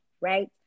right